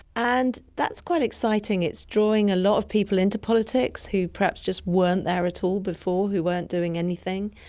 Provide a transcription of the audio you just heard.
and that's quite exciting. it's drawing a lot of people into politics who perhaps just weren't there at all before, who weren't doing anything,